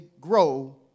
grow